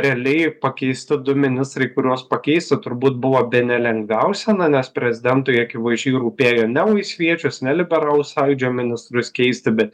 realiai pakeisti du ministrai kuriuos pakeisti turbūt buvo bene lengviausia na nes prezidentui akivaizdžiai rūpėjo ne laisviečius ne liberalų sąjūdžio ministrus keisti bet